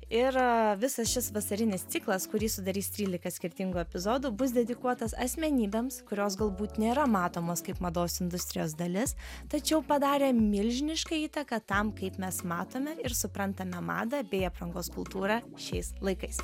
ir visas šis vasarinis ciklas kurį sudarys trylika skirtingų epizodų bus dedikuotas asmenybėms kurios galbūt nėra matomos kaip mados industrijos dalis tačiau padarė milžinišką įtaką tam kaip mes matome ir suprantame madą bei aprangos kultūrą šiais laikais